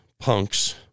punks